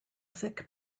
thick